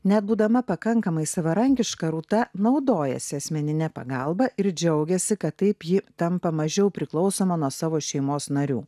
net būdama pakankamai savarankiška rūta naudojasi asmenine pagalba ir džiaugiasi kad taip ji tampa mažiau priklausoma nuo savo šeimos narių